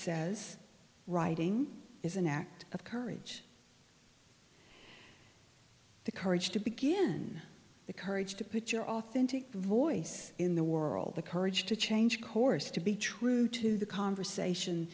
says writing is an act of courage the courage to begin the courage to put your authentic voice in the world the courage to change course to be true to the conversation